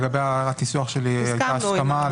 לגבי הניסוח שלי הייתה הסכמה.